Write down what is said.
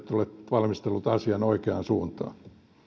valmistellut asian oikeaan suuntaan